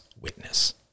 witness